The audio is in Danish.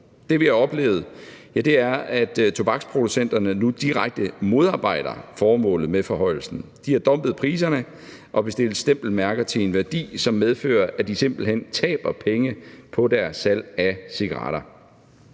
Det, vi har oplevet, er, at tobaksproducenterne nu direkte modarbejder formålet med forhøjelsen. De har dumpet priserne og bestilt stempelmærker til en værdi, som medfører, at de simpelt hen taber penge på deres salg af cigaretter.